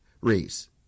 raise